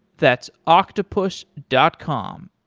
that's octopus dot com,